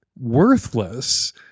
worthless